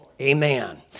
Amen